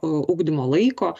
ugdymo laiko